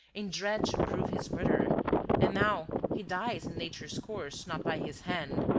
in dread to prove his murderer and now he dies in nature's course, not by his hand.